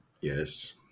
Yes